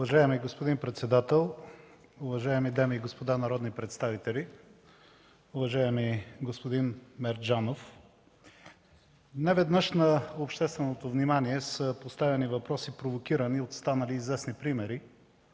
Уважаеми господин председател, уважаеми дами и господа народни представители, уважаеми господин Мерджанов! Неведнъж на общественото внимание са поставяни въпроси, провокирани от станали известни примери